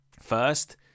First